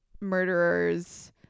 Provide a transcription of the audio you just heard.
murderers